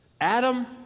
Adam